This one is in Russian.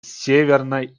северной